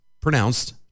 pronounced